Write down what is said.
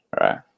right